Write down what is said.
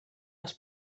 les